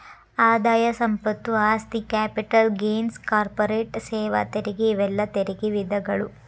ಆದಾಯ ಸಂಪತ್ತು ಆಸ್ತಿ ಕ್ಯಾಪಿಟಲ್ ಗೇನ್ಸ್ ಕಾರ್ಪೊರೇಟ್ ಸೇವಾ ತೆರಿಗೆ ಇವೆಲ್ಲಾ ತೆರಿಗೆ ವಿಧಗಳು